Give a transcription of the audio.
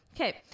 Okay